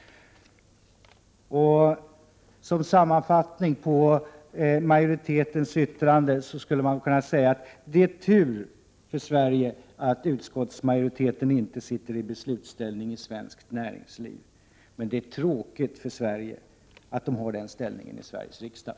Som sammanfattning av majoritetens yttrande skulle man kunna säga: Det är tur för Sverige att utskottsmajoriteten inte sitter i beslutsställning i svenskt näringsliv, men det är tråkigt för Sverige att utskottsmajoriteten har den ställningen i Sveriges riksdag.